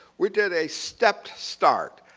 we did a stepped start.